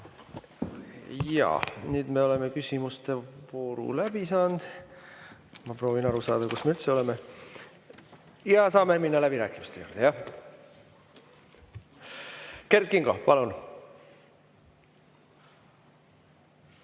Jaa. Nüüd me oleme küsimuste vooru läbi saanud. (Lehitseb pabereid.) Ma proovin aru saada, kus me üldse oleme. Ja saame minna läbirääkimiste juurde. Kert Kingo, palun!